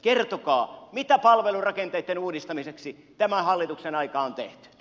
kertokaa mitä palvelurakenteitten uudistamiseksi tämän hallituksen aikaan on tehty